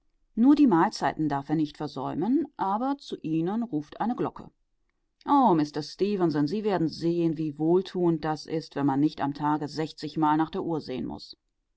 nur die mahlzeiten darf er nicht versäumen aber zu ihnen ruft eine glocke oh mister stefenson sie werden sehen wie wohltuend das ist wenn man nicht am tage sechzigmal nach der uhr sehen muß